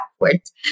backwards